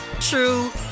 true